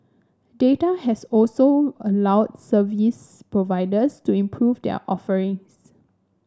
data has also allowed service providers to improve their offerings